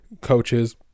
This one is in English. coaches